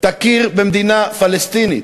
תכיר במדינה פלסטינית.